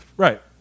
Right